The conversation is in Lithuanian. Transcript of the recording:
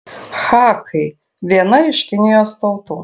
hakai viena iš kinijos tautų